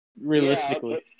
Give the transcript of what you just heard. realistically